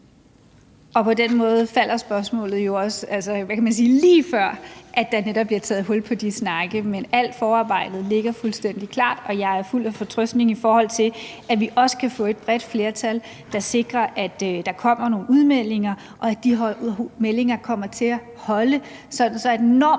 På den måde falder spørgsmålet jo også lige før, at der netop bliver taget hul på de snakke, men alt forarbejdet ligger fuldstændig klart. Og jeg er fuld af fortrøstning, i forhold til at vi også kan få et bredt flertal, der sikrer, at der kommer nogle udmeldinger, og at de udmeldinger kommer til at holde, sådan at når